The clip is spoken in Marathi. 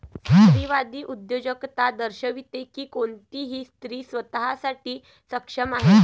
स्त्रीवादी उद्योजकता दर्शविते की कोणतीही स्त्री स्वतः साठी सक्षम आहे